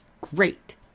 great